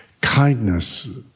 kindness